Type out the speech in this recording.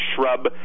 shrub